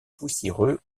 poussiéreux